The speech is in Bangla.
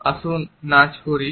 আসুন নাচ করি